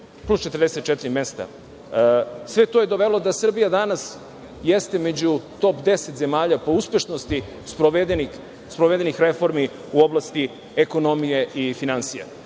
plus 44 mesta. Sve to je dovelo da Srbija danas jeste među top deset zemalja po uspešnosti sprovedenih reformi u oblasti ekonomije i finansija. Ekonomska